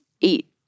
eat